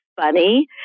funny